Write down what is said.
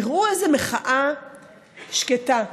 תראו איזה מחאה שקטה.